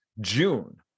June